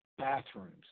Bathrooms